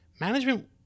Management